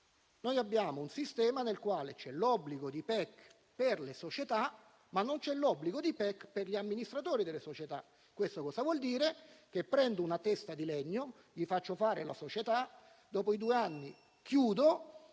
Noi abbiamo un sistema nel quale c'è l'obbligo di PEC per le società, ma non c'è l'obbligo di PEC per gli amministratori delle società. Questo vuol dire che prendo una testa di legno, gli faccio fare la società, dopo i due anni chiudo,